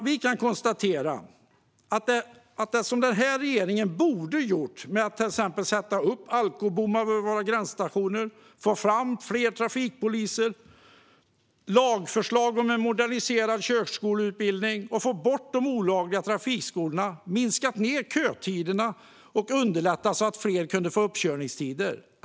Vi kan konstatera att regeringen borde ha låtit sätta upp alkobommar vid våra gränsstationer, fått fram fler trafikpoliser, lagt fram lagförslag om en moderniserad körskoleutbildning, fått bort de olagliga trafikskolorna, minskat kötiderna och underlättat för fler att få uppkörningstider.